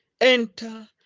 enter